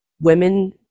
women